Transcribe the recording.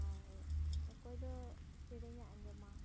ᱟᱨ ᱚᱠᱚᱭ ᱫᱚ ᱥᱮᱨᱮᱧᱮ ᱟᱸᱡᱚᱢᱟ